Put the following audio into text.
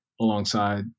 alongside